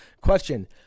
Question